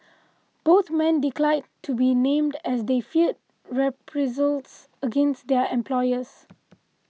both men declined to be named as they feared reprisals against their employers